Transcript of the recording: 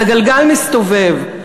אז הגלגל מסתובב,